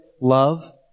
love